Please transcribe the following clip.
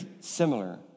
similar